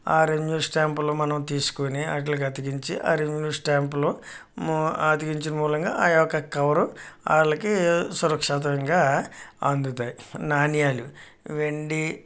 ఆ రెవెన్యూ స్టాంపులు మనం తీసుకుని వాటికి అతికించి ఆ రెవెన్యూ స్టాంపులో అతికించిన మూలంగా ఆ యొక్క కవర్ వాళ్ళకి సురక్షితంగా అందుతాయి నాణ్యాలు వెండి